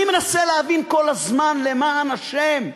אני מנסה להבין כל הזמן, למען השם,